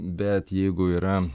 bet jeigu yra